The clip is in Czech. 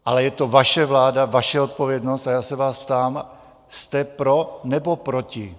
Ale je to vaše vláda, vaše odpovědnost a já se vás ptám, jste pro, nebo proti?